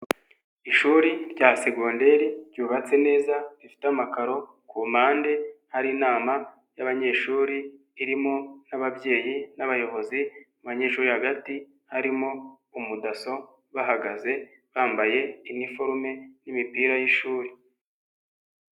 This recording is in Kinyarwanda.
Ishuri rya segonderi ryubatswe neza, rifite amakaro ku mpande hari inama y'abanyeshuri irimo n'ababyeyi n'abayobozi, abanyeshuri hagati harimo umudaso bahagaze bambaye iniforume n'imipira y'ishuri.